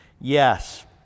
Yes